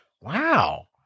Wow